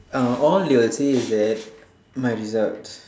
uh all they will say is that my results